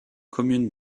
commune